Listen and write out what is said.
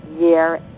year